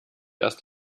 erst